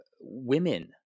women